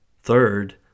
Third